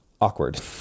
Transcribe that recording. Awkward